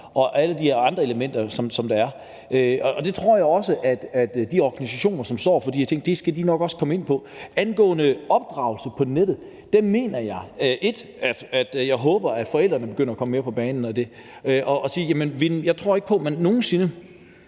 og alle de andre elementer, som der er. Det tror jeg også at de organisationer, som står for de her ting, nok skal komme ind på. Angående opdragelse på nettet håber jeg, at forældrene begynder at komme mere på banen. I den fysiske verden vil du jo aldrig nogen sinde